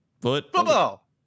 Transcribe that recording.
Football